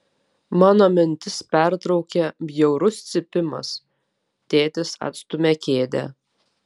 mano mintis pertraukia bjaurus cypimas tėtis atstumia kėdę